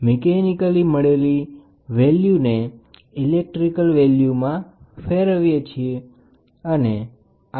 તે મિકેનિકલના અર્થમાં મળે છે અને મળેલી કિંમતોને ઇલેક્ટ્રિકલ કિંમતમાં ફેરવીએ છીએ અને આગળની કાર્યવાહી માટે તેની પ્રક્રિયા કરી શકાય છે